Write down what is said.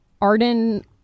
arden